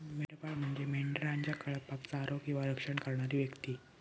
मेंढपाळ म्हणजे मेंढरांच्या कळपाक चारो किंवा रक्षण करणारी व्यक्ती